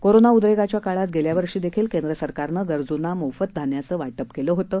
corona उद्रेकाच्या काळात गेल्या वर्षी देखील केंद्र सरकारनं गरजूंना मोफत धान्याचं वाटप केलं होतं